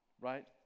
right